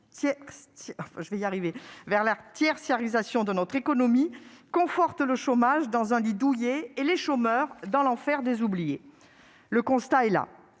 désindustrialisation et la tertiarisation de notre économie maintiennent le chômage dans un lit douillet et les chômeurs dans l'enfer des oubliés. Le constat est là.